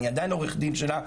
אני עדיין עורך דין שלה,